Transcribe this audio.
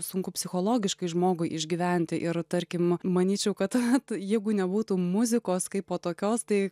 sunku psichologiškai žmogui išgyventi ir tarkim manyčiau kad net jeigu nebūtų muzikos kaipo tokios tai